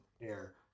air